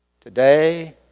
Today